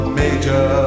major